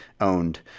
owned